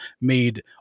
made